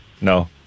No